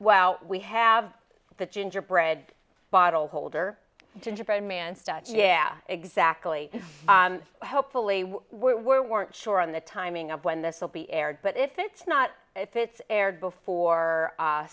well we have the gingerbread bottle holder gingerbread man stud yeah exactly hopefully we were weren't sure on the timing of when this will be aired but if it's not if it's aired before